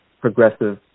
progressive